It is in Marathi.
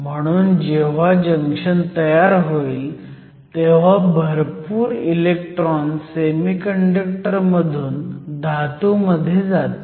म्हणून जेव्हा जंक्शन तयार होईल तेव्हा भरपूर इलेक्ट्रॉन सेमीकंडक्टर मधून धातू मध्ये येतील